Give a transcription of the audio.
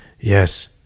Yes